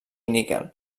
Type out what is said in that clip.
níquel